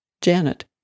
Janet